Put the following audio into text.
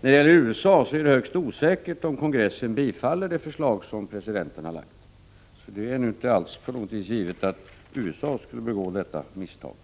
det gäller USA är det högst osäkert om kongressen bifaller det förslag som presidenten har lagt fram. Det är inte alls givet att USA kommer att begå detta misstag.